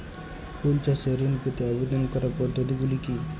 ফুল চাষে ঋণ পেতে আবেদন করার পদ্ধতিগুলি কী?